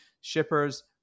shippers